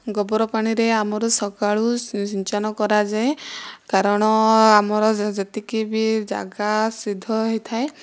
ଗୋବର ପାଣିରେ ଆମର ସକାଳୁ ସିଞ୍ଚନ କରାଯାଏ କାରଣ ଆମର ଯେତିକି ବି ଯାଗା ସିଦ୍ଧ ହୋଇଥାଏ